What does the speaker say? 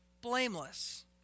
blameless